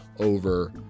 over